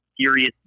serious